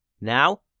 Now